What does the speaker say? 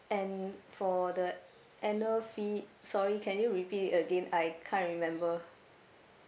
and for the annual fee sorry can you repeat it again I can't remember